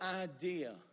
idea